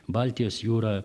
baltijos jūrą